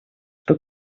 что